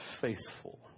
faithful